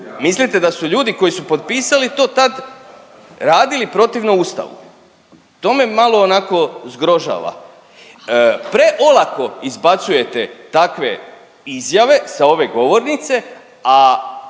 mislite da su ljudi koji su potpisali to tad radili protivno Ustavu? To me onako malo zgrožava. Preolako izbacujete takve izjave sa ove govornice,